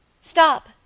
Stop